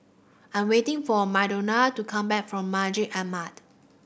I'm waiting for Madonna to come back from Masjid Ahmad